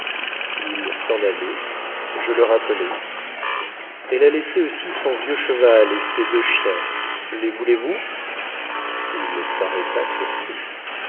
il s'en allait je le rappelai elle a laissé aussi son vieux cheval et ses deux chiens les voulez-vous il s'arrêta surpris